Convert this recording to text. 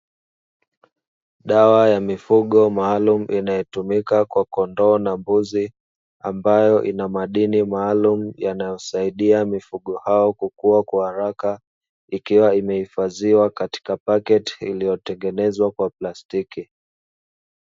Dawa ya mifugo maalumu inayotumika kwa kondoo na mbuzi ambayo ina madini maalumu inayosaidia mifugo hao kukuwa haraka, ikiwa imehifadhiwa katika paketi iliyotengenezwa kwa plastiki.